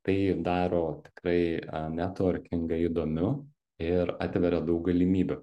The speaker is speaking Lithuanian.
tai daro tikrai netvorkingą įdomiu ir atveria daug galimybių